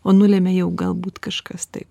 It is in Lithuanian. o nulemia jau galbūt kažkas taip